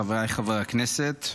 חבריי חברי הכנסת,